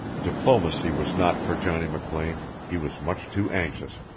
diplomacy was not for johnny mclean he was much too anxious.